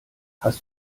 hast